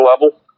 level